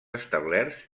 establerts